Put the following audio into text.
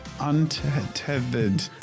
Untethered